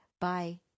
Bye